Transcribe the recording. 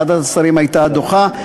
ועדת השרים הייתה דוחה.